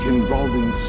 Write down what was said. Involving